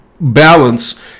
balance